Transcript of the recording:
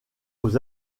aux